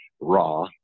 Raw